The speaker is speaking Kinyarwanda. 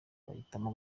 bahitamo